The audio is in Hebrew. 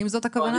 האם זאת הכוונה?